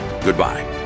goodbye